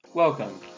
Welcome